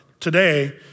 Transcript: today